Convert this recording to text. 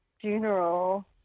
funeral